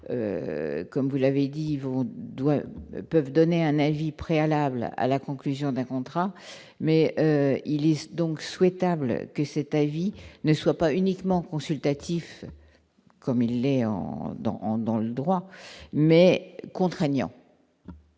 comme vous l'avez dit Divonne Douai peuvent donner un avis préalable à la conclusion d'un contrat, mais il est donc souhaitable que c'est avis ne soit pas uniquement consultatif, comme il l'est en dents en dans le droit mais contraignant.